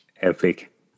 Epic